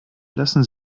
lassen